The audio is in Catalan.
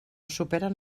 superen